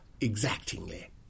exactingly